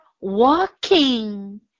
walking